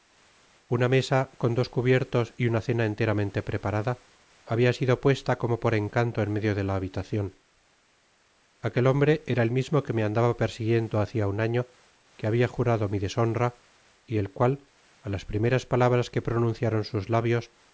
una mesa con dos cubiertos y una eena enteramente preparada habia sido puesta como por encanto en medio de la habitacion aquel hombre era el mismo que me andaba persiguiendo hacia un año que habia jurado mi deshonra y el cual á las primeras palabras que pronunciaron sus labios me dio á